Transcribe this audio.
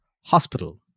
Hospital